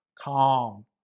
Calm